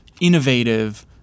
innovative